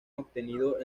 obtenido